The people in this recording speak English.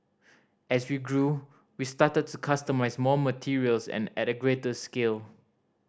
as we grew we started to customise more materials and at greater scale